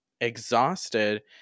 exhausted